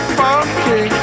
funky